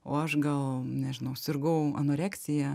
o aš gal nežinau sirgau anoreksija